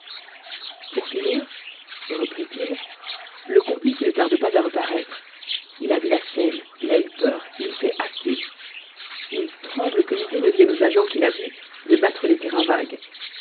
pour finir reprit-il le complice ne tarde pas à reparaître il a vu la scène il a eu peur il s'est hâté il tremble que l'idée ne vienne aux agents qu'il a vus de battre les terrains vagues